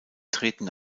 treten